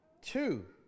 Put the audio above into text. Two